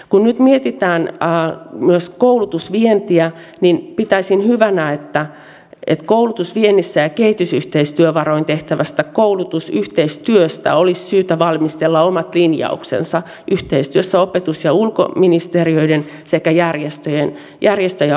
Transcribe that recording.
kun nyt mietitään myös koulutusvientiä niin pitäisin hyvänä että koulutusviennistä ja kehitysyhteistyövaroin tehtävästä koulutusyhteistyöstä olisi syytä valmistella omat linjauksensa yhteistyössä opetus ja ulkoministeriöiden sekä järjestö ja oppilaitostoimijoiden kanssa